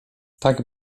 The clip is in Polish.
tak